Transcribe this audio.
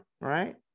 right